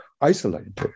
isolated